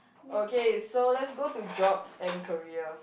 okay so let's go to jobs and career